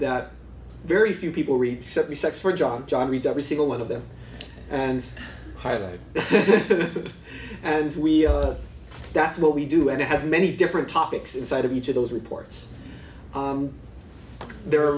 that very few people read seventy sec for john john read every single one of them and highlight that and we'll that's what we do and it has many different topics inside of each of those reports there are